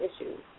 issues